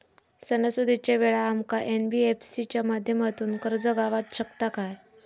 सणासुदीच्या वेळा आमका एन.बी.एफ.सी च्या माध्यमातून कर्ज गावात शकता काय?